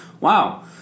wow